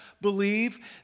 believe